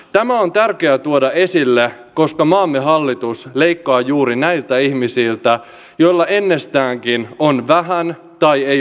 tämä on tärkeää tuoda esille koska maamme hallitus leikkaa juuri näiltä ihmisiltä joilla ennestäänkin on vähän tai ei ole mitään